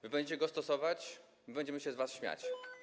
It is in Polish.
Wy będziecie go stosować, my będziemy się z was śmiać.